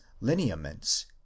Lineaments